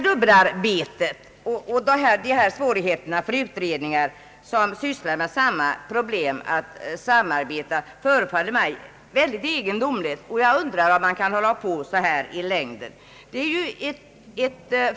Dubbelarbetet och svårigheterna att samarbeta för utredningar som sysslar med samma problem verkar egendomligt, och jag undrar om man kan hålla på så här i längden.